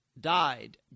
died